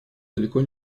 далеко